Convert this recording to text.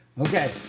Okay